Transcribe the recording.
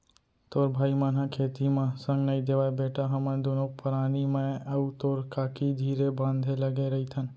तोर भाई मन ह खेती म संग नइ देवयँ बेटा हमन दुनों परानी मैं अउ तोर काकी धीरे बांधे लगे रइथन